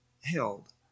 held